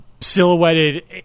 silhouetted